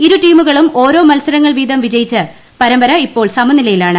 ഇരു ടീമുകളും ഓരോ മത്സരങ്ങൾ വീതം വിജയിച്ച് പരമ്പര ഇപ്പോൾ സമനിലയിലാണ്